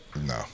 No